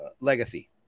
legacy